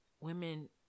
women